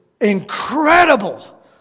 incredible